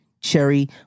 cherry